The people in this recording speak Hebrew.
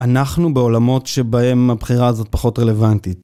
אנחנו בעולמות שבהם הבחירה הזאת פחות רלוונטית.